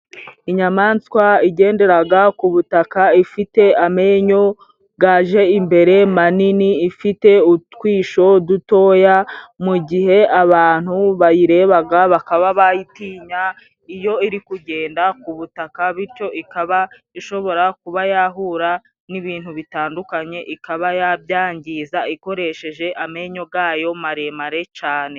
Inyamanswa igenderaga ku butaka, ifite amenyo gaje imbere manini, ifite utwisho dutoya, mu gihe abantu bayirebaga bakaba bayitinya iyo iri kugenda ku butaka, bityo ikaba ishobora kuba yahura n'ibintu bitandukanye ikaba yabyangiza, ikoresheje amenyo gayo maremare cane.